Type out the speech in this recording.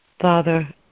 Father